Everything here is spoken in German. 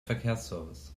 verkehrsservice